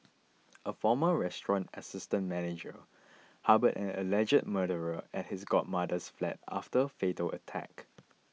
a former restaurant assistant manager harboured an alleged murderer at his godmother's flat after a fatal attack